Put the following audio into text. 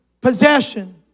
possession